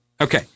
Okay